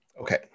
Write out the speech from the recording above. okay